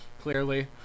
clearly